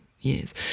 years